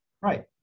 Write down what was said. Right